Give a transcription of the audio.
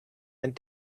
and